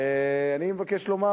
אני מבקש לומר,